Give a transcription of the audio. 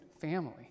family